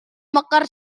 mekar